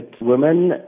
women